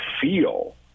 feel